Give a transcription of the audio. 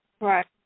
Right